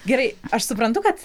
gerai aš suprantu kad